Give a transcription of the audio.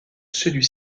celui